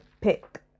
pick